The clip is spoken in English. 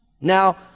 Now